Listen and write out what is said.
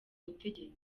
butegetsi